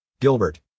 Gilbert